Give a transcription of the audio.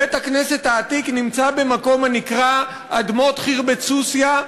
בית-הכנסת העתיק נמצא במקום הנקרא אדמות חירבת-סוסיא,